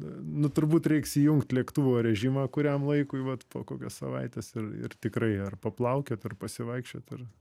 nu turbūt reiks įjungt lėktuvo režimą kuriam laikui vat po kokios savaitės ir ir tikrai ar paplaukiot ar pasivaikščiot ar